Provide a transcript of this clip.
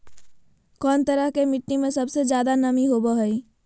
कौन तरह के मिट्टी में सबसे जादे नमी होबो हइ?